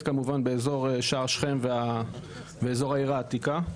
כמובן באזור שער שכם ואזור העיר העתיקה.